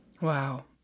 Wow